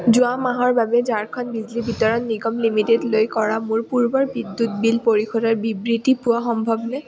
যোৱা মাহৰ বাবে ঝাৰখণ্ড বিজলী বিতৰণ নিগম লিমিটেডলৈ কৰা মোৰ পূৰ্বৰ বিদ্যুৎ বিল পৰিশোধৰ বিবৃতি পোৱা সম্ভৱনে